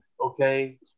Okay